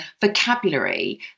vocabulary